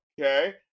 okay